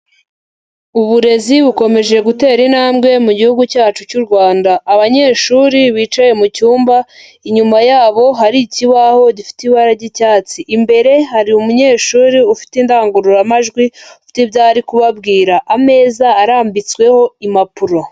Uburezi bukomeje gutera intambwe mu gihugu cyacu cy'u Rwanda, abanyeshuri bicaye mu cyumba inyuma yabo hari ikibaho gifite ibara ry'icyatsi, imbere hari umunyeshuri ufite indangururamajwi ufite ibyo ari kubabwira, ameza arambitsweho impapuro.